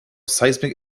seismic